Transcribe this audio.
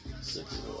Six